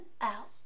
out